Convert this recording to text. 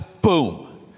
boom